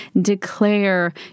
declare